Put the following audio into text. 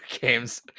games